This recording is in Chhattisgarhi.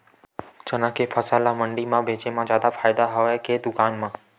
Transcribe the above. चना के फसल ल मंडी म बेचे म जादा फ़ायदा हवय के दुकान म?